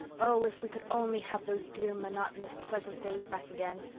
oh, if we could only have those dear, monotonous, pleasant days back again!